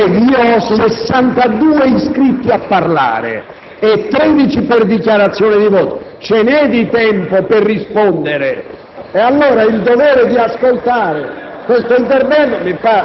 Colleghi, ho 62 iscritti a parlare e 13 per dichiarazione di voto. Ce n'è di tempo per rispondere!